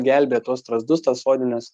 gelbėja tuos strazdus tas sodines